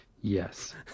Yes